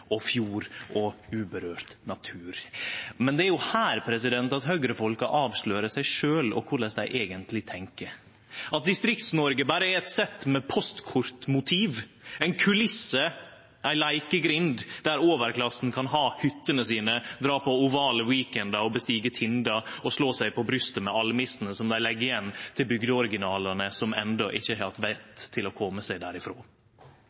fjell, fjord og urørt natur. Men det er jo her Høgre-folka avslører seg sjølve og korleis dei eigentleg tenkjer: at Distrikts-Noreg berre er eit sett med postkortmotiv, ein kulisse, ei leikegrind der overklassen kan ha hyttene sine, dra på ovale weekendar, nå toppen av tindar og slå seg på brystet med almissene som dei legg igjen til bygdeoriginalane som enno ikkje har hatt vett til å kome seg derifrå.